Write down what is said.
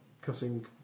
cutting